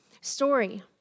story